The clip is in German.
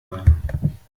sein